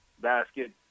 basket